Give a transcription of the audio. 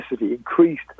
increased